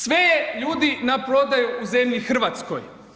Sve je ljudi, na prodaju u zemlji Hrvatskoj.